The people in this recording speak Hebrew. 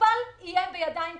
שמטופל יהיה בידיים טובות.